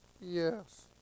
yes